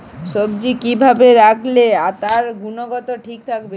সবজি কি ভাবে রাখলে তার গুনগতমান ঠিক থাকবে?